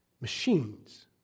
machines